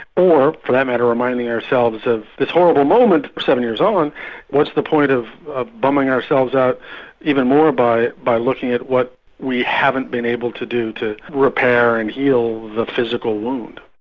or for that matter, reminding ourselves of this horrible moment seven years on what's the point of ah bumming ourselves out even more by by looking at what we haven't been able to do to repair and heal the physical wound?